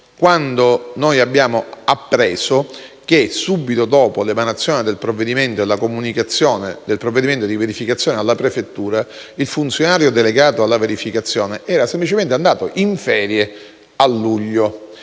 quando noi abbiamo appreso che, subito dopo l'emanazione della comunicazione del provvedimento di verificazione alla prefettura, il funzionario delegato alla verificazione era semplicemente andato in ferie a luglio.